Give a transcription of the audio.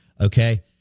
Okay